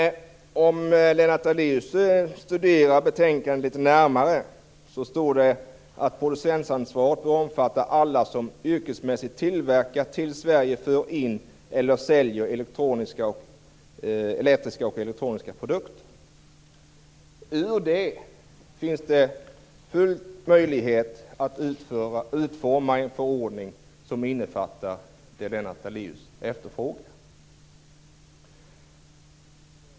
Om Lennart Daléus studerar betänkandet litet närmare ser han att det står så här: "Producentansvaret bör omfatta alla som yrkesmässigt tillverkar, till Sverige för in eller säljer elektriska och elektroniska produkter." Utifrån det finns det alla möjligheter att utforma en förordning som innefattar det som Lennart Daléus efterfrågar.